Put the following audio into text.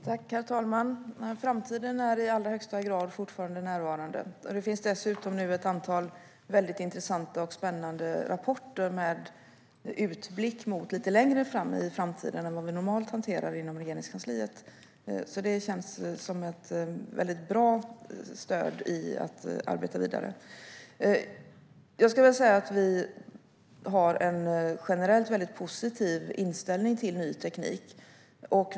Herr talman! Framtiden är fortfarande i allra högsta grad närvarande. Nu finns det dessutom ett antal väldigt intressanta och spännande rapporter som blickar lite längre fram i framtiden än vad vi normalt hanterar inom Regeringskansliet. Det känns som ett bra stöd i det vidare arbetet. Jag skulle vilja säga att vi har en generellt väldigt positiv inställning till ny teknik.